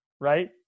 right